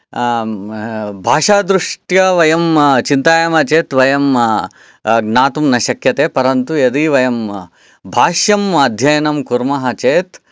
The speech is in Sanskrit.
भाषादृष्ट्या वयं चिन्तयामः चेत् वयं ज्ञातुं न शक्यते परन्तु यदि वयं भाष्यम् अध्ययनं कुर्मः चेत्